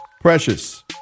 precious